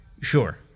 sure